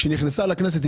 כשנכנסה לכנסת,